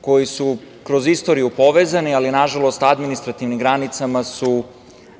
koji su kroz istoriju povezani, ali, nažalost, administrativnim granicama su